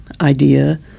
idea